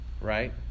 right